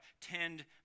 Tend